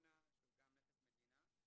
בדימונה שגם הוא נכס מדינה.